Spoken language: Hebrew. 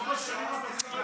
ארבע שנים אתה שר רווחה